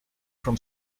from